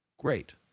Great